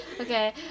Okay